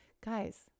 guys